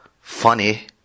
Funny